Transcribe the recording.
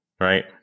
right